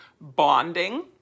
bonding